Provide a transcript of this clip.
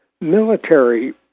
military